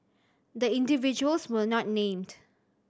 the individuals were not named